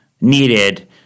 needed